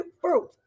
fruit